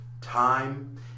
time